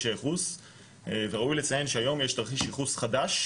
הייחוס וראוי לציין שהיום יש תרחיש ייחוס חדש,